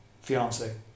fiance